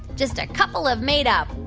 just a couple of made-up